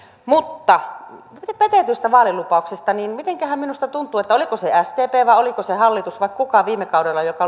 mutta sitten petetyistä vaalilupauksista mitenköhän minusta tuntuu että oliko se sdp vai oliko se hallitus vai kuka viime kaudella joka